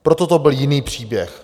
Proto to byl jiný příběh.